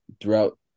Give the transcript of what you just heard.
throughout